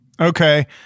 Okay